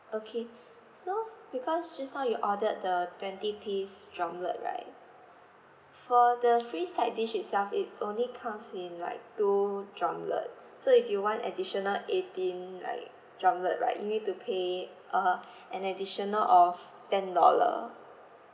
okay so because just now you ordered the twenty piece drumlet right for the free side dish itself it only comes in like two drumlet so if you want additional eighteen like drumlet right you need to pay uh an additional of ten dollar